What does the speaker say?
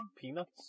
Peanuts